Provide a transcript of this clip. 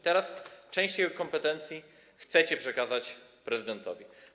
Teraz część jego kompetencji chcecie przekazać prezydentowi.